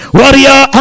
warrior